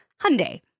Hyundai